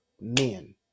men